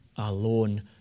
alone